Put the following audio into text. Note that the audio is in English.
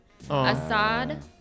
Assad